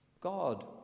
God